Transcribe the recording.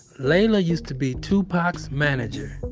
leila used to be tupac's manager.